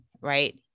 right